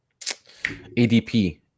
ADP